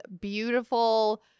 beautiful